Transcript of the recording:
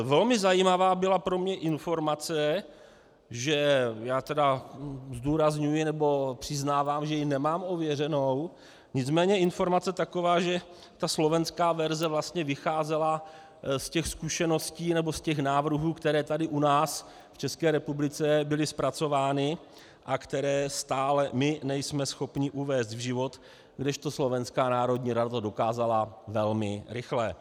Velmi zajímavá byla pro mne informace já tedy zdůrazňuji, nebo přiznávám, že ji nemám ověřenou nicméně informace taková, že ta slovenská verze vlastně vycházela ze zkušeností nebo z návrhů, které tady u nás v České republice byly zpracovány a které stále my nejsme schopni uvést v život, kdežto Slovenská národní rada to dokázala velmi rychle.